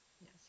Yes